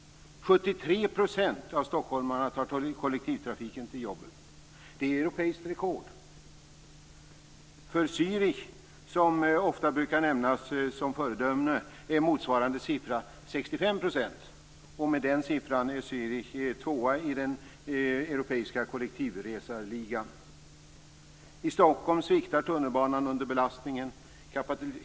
73 % av stockholmarna tar kollektivtrafiken till jobbet. Det är europeiskt rekord. För Zürich, som ofta brukar nämnas som föredöme, är motsvarande siffra 65 %. Med den siffran är Zürich tvåa i den europeiska kollektivresarligan. I Stockholm sviktar tunnelbanan under belastningen.